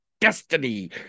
destiny